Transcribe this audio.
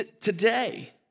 Today